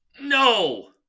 No